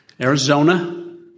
Arizona